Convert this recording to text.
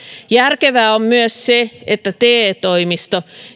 järkevää on myös se että te toimisto